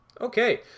Okay